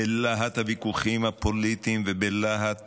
בלהט הוויכוחים הפוליטיים ובלהט